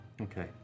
Okay